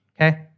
okay